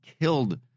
killed